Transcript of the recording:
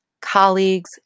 colleagues